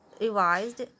revised